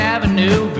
Avenue